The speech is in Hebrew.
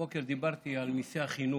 הבוקר דיברתי על מיסי החינוך.